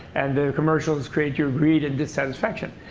and the commercials create your greed and dissatisfaction.